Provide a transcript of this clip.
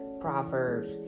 Proverbs